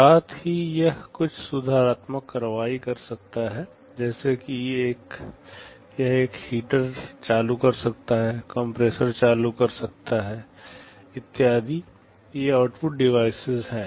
साथ ही यह कुछ सुधारात्मक कार्रवाई कर सकता है जैसे कि यह एक हीटर चालू कर सकता है कंप्रेसर चालू कर सकता है इत्यादि ये आउटपुट डिवाइस हैं